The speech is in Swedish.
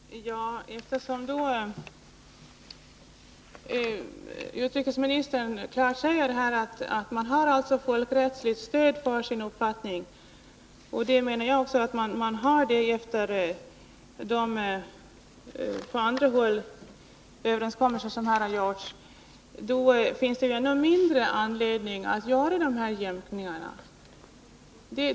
Herr talman! Eftersom utrikesministern klart säger att man har fullt rättsligt stöd för sin uppfattning — och det menar jag också att man har, vilket framgår av överenskommelser som gjorts på andra håll — finns det ännu mindre anledning att göra dessa jämkningar.